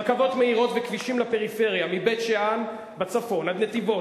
רכבות מהירות וכבישים לפריפריה מבית-שאן בצפון עד נתיבות,